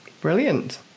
Brilliant